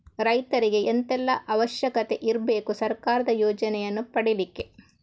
ರೈತರಿಗೆ ಎಂತ ಎಲ್ಲಾ ಅವಶ್ಯಕತೆ ಇರ್ಬೇಕು ಸರ್ಕಾರದ ಯೋಜನೆಯನ್ನು ಪಡೆಲಿಕ್ಕೆ?